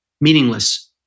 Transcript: meaningless